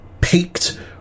peaked